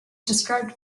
described